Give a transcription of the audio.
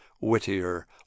whittier